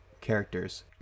characters